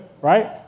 right